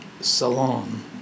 salon